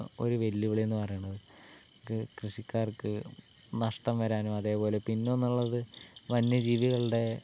ഒരു വെല്ലുവിളിയെന്ന് പറയുന്നത് നമുക്ക് കൃഷിക്കാർക്ക് നഷ്ടം വരാനും അതുപോലെ പിന്നെയുള്ളത് വന്യ ജീവികളുടെ